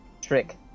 Trick